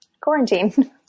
quarantine